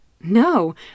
No